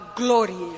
glory